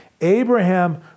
Abraham